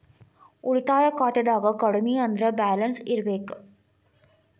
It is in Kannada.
ಉಳಿತಾಯ ಖಾತೆದಾಗ ಕಡಮಿ ಅಂದ್ರ ಬ್ಯಾಲೆನ್ಸ್ ಇರ್ಬೆಕ್